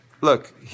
look